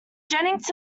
jennings